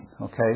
Okay